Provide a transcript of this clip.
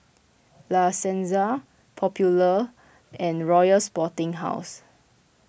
La Senza Popular and Royal Sporting House